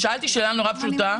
שאלתי שאלה פשוטה מאוד.